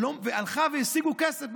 היא הלכה והשיגה כסף,